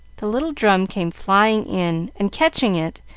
the little drum came flying in, and, catching it,